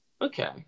Okay